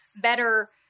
better